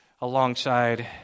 alongside